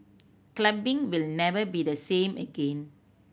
clubbing will never be the same again